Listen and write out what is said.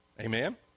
Amen